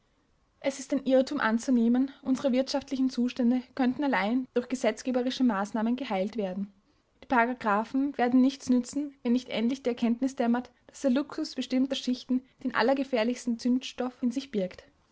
es ist ein irrtum anzunehmen unsere wirtschaftlichen zustände könnten allein durch gesetzgeberische maßnahmen geheilt werden die paragraphen werden nichts nützen wenn nicht endlich die erkenntnis dämmert daß der luxus bestimmter schichten den allergefährlichsten zündstoff in sich birgt